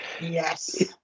Yes